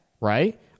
right